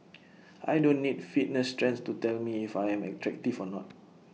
I don't need fitness trends to tell me if I am attractive or not